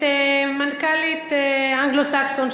את מנכ"לית "אנגלו-סכסון",